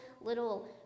little